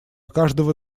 каждого